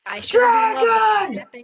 Dragon